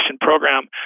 program